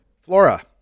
Flora